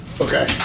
okay